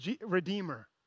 redeemer